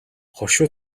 хошуу